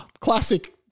Classic